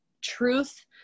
truth